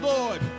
Lord